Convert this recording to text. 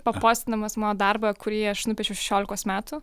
papostindamas mano darbą kurį aš nupiešiau šešiolikos metų